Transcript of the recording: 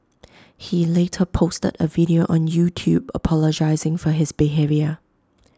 he later posted A video on YouTube apologising for his behaviour